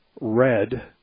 red